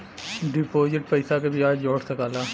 deposit पइसा के बियाज जोड़ सकला